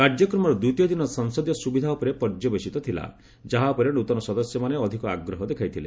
କାର୍ଯ୍ୟକ୍ରମର ଦ୍ୱିତୀୟ ଦିନ ସଂସଦୀୟ ସୁବିଧା ଉପରେ ପର୍ଯ୍ୟବେସିତ ଥିଲା ଯାହା ଉପରେ ନୂତନ ସଦସ୍ୟମାନେ ଅଧିକ ଆଗ୍ରହ ଦେଖାଇଥିଲେ